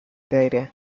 data